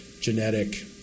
genetic